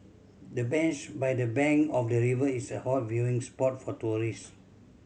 the bench by the bank of the river is a hot viewing spot for tourist